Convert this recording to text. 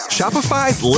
Shopify's